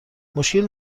مشکلی